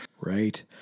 Right